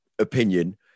opinion